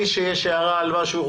למי שיש הערה על משהו,